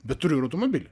bet turiu ir automobilį